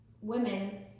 women